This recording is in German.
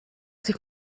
sie